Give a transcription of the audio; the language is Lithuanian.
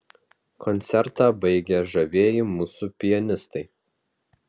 koncertą baigė žavieji mūsų pianistai